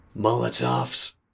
Molotovs